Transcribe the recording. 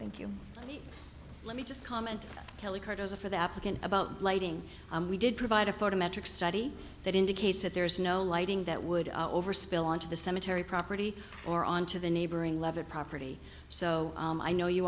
thank you let me just comment kelli cardoza for the applicant about lighting we did provide a photo metrics study that indicates that there is no lighting that would over spill onto the cemetery property or on to the neighboring level property so i know you